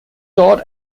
dort